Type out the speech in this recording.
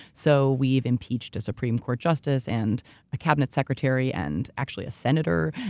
so we've impeached a supreme court justice, and a cabinet secretary, and actually a senator.